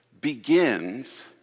begins